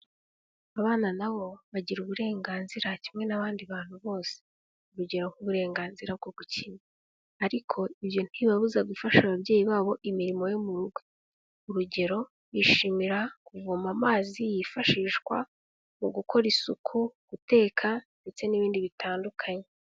Abana na bo bagira uburenganzira kimwe n'abandi bantu bose, urugero nk'uburenganzira bwo gukina, ariko ibyo ntibibabuza gufasha ababyeyi babo imirimo yo mu rugo, urugero bishimira kuvoma amazi yifashishwa mu gukora isuku, guteka ndetse n'ibindi bitandukanye.